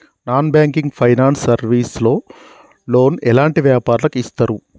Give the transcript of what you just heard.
Non banking finance service లో loan ఎలాంటి వ్యాపారులకు ఇస్తరు?